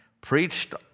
preached